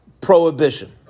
prohibition